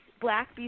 black